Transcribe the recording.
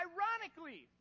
Ironically